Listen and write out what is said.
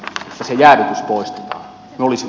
voitte olla aivan varma